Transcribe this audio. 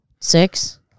six